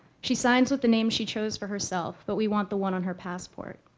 she signs with the name she chose for herself, but we want the one on her passport.